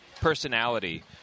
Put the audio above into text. personality